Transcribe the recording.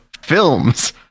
films